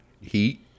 Heat